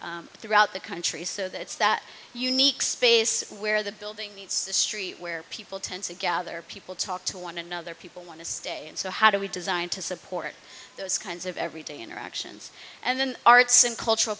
throughout the country so that it's that unique space where the building meets the street where people tend to gather people talk to one another people want to stay and so how do we design to support those kinds of everyday interactions and then arts and cultural